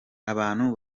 abantu